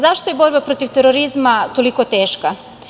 Zašto je borba protiv terorizma tolika teška?